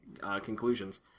conclusions